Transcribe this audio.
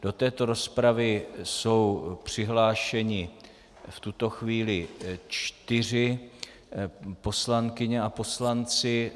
Do této rozpravy jsou přihlášeni v tuto chvíli čtyři poslankyně a poslanci.